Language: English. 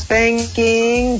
Thanking